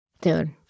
Dude